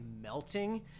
melting